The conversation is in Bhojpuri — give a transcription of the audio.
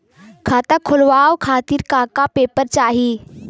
खाता खोलवाव खातिर का का पेपर चाही?